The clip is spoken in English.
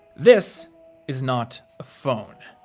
this is not a phone.